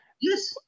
Yes